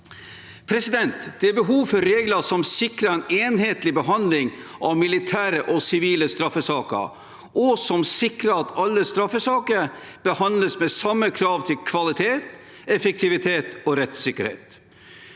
Det er behov for regler som sikrer en enhetlig behandling av militære og sivile straffesaker, og som sikrer at alle straffesaker behandles med samme krav til kvalitet, effektivitet og rettssikkerhet.